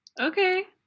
okay